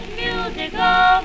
musical